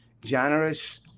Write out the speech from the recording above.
generous